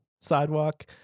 sidewalk